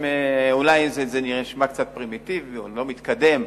זה אולי נשמע קצת פרימיטיבי או לא מתקדם,